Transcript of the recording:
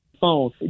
phone